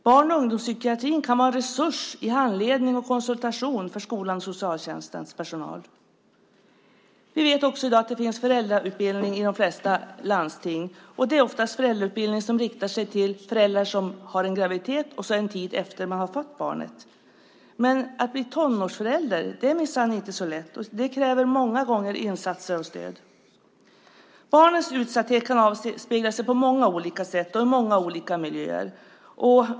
Barn och ungdomspsykiatrin kan vara en resurs i handledning och konsultation för skolans och socialtjänstens personal. Vi vet också att det finns föräldrautbildning i de flesta landsting i dag. Det är oftast en föräldrautbildning som riktar sig till gravida och pågår en tid efter det att man har fått barnet. Men att bli tonårsförälder är minsann inte så lätt. Det kräver många gånger insatser och stöd. Barnens utsatthet kan avspegla sig på många olika sätt och i många olika miljöer.